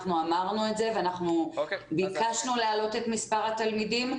אנחנו אמרנו את זה ואנחנו ביקשנו להעלות את מספר התלמידים.